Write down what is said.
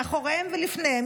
מאחוריהם ולפניהם,